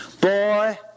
Boy